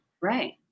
Right